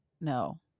no